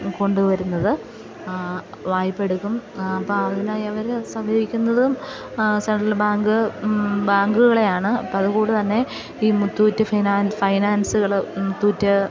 കൊണ്ടു വരുന്നത് വായ്പ എടുക്കും അപ്പം അങ്ങനെ ഇവർ സമീപിക്കുന്നതും സെൻട്രൽ ബാങ്ക് ബാങ്കുകളെ ആണ് അപ്പം അതു കൊണ്ടു തന്നെ ഈ മുത്തൂറ്റ് ഫിനാ ഫൈനാൻസുകൾ മുത്തൂറ്റ്